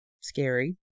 Scary